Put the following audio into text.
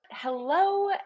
Hello